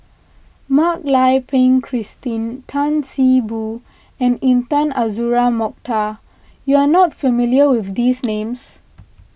Mak Lai Peng Christine Tan See Boo and Intan Azura Mokhtar you are not familiar with these names